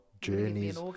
journeys